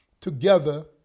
together